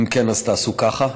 אם כן, תעשו ככה.